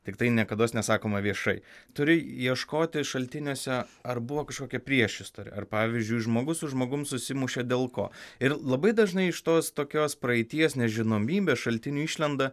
tiktai niekados nesakoma viešai turi ieškoti šaltiniuose ar buvo kažkokia priešistorė ar pavyzdžiui žmogus su žmogumi susimušė dėl ko ir labai dažnai iš tos tokios praeities nežinomybės šaltiniui išlenda